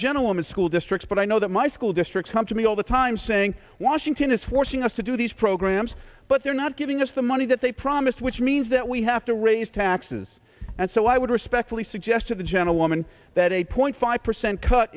gentlemen school district but i know that my school districts come to me all the time saying washington is forcing us to do these programs but they're not giving us the money that they promised which means that we have to raise taxes and so i would respectfully suggest to the gentlewoman that eight point five percent cut